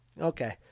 Okay